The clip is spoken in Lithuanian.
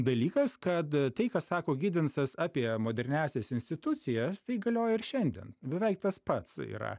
dalykas kad tai ką sako gidensas apie moderniąsias institucijas tai galioja ir šiandien beveik tas pats yra